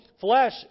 flesh